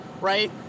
right